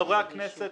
חברי הכנסת,